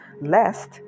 Lest